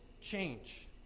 change